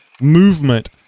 movement